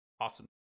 awesome